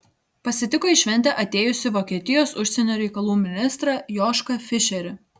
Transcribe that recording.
pasitiko į šventę atėjusį vokietijos užsienio reikalų ministrą jošką fišerį